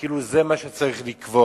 כאילו זה מה שצריך לקבוע.